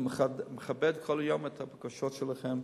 אני מכבד את הבקשות שלכם,